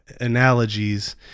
analogies